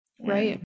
Right